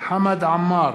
חמד עמאר,